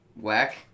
Whack